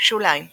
שוליים ==